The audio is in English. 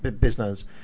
business